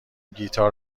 گیتار